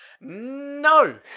No